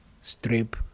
Strip